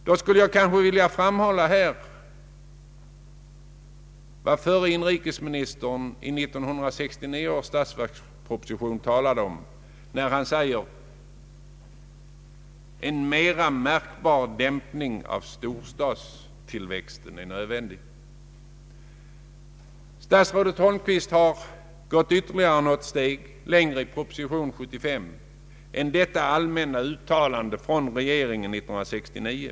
Jag skulle då vilja framhålla vad förre inrikesministern sade i 1969 års statsverksproposition: ”En mera märkbar dämpning av storstadstillväxten är nödvändig.” Statsrådet Holmqvist har gått ytterligare något steg längre i propositionen nr 75 än detta allmänna uttalande av regeringen år 1969.